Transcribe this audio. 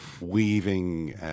weaving